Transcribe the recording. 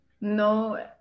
no